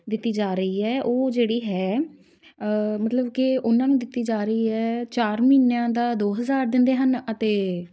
ਦਿੱਤੀ ਜਾ ਰਹੀ ਹੈ ਉਹ ਜਿਹੜੀ ਹੈ ਮਤਲਬ ਕਿ ਉਹਨਾਂ ਨੂੰ ਦਿੱਤੀ ਜਾ ਰਹੀ ਹੈ ਚਾਰ ਮਹੀਨਿਆਂ ਦਾ ਦੋ ਹਜ਼ਾਰ ਦਿੰਦੇ ਹਨ ਅਤੇ